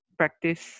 practice